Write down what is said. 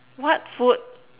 what food